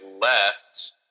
left